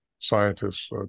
scientists